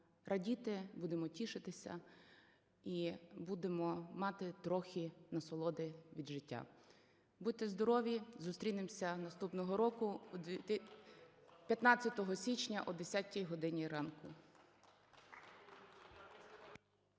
радіти, будемо тішитися і будемо мати трохи насолоди від життя. Будьте здорові! Зустрінемося наступного року 15 січня о 10-й годині ранку.